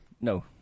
No